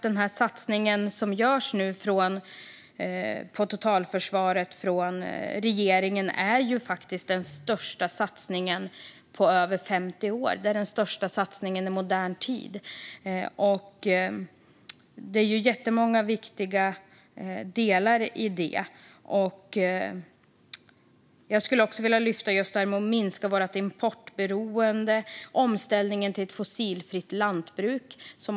Den satsning regeringen nu gör på totalförsvaret är den största på över 50 år, och det är många viktiga delar i den. Bland annat behöver vi minska vårt importberoende och ställa om till ett fossilfritt lantbruk.